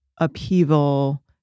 upheaval